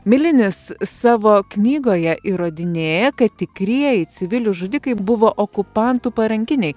milinis savo knygoje įrodinėja kad tikrieji civilių žudikai buvo okupantų parankiniai